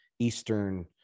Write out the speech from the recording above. Eastern